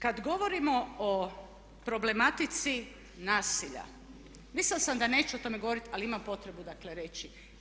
Kad govorimo o problematici nasilja, mislila sam da neću o tome govoriti ali imam potrebu dakle reći.